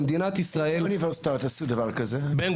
אילו אוניברסיטאות עשו דבר כזה?